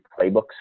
playbooks